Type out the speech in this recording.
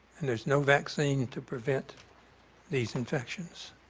and there's no vaccine to prevent these infections.